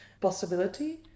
possibility